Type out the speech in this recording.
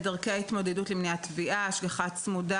דרכי ההתמודדות למניעת טביעה: השגחה צמודה